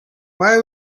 why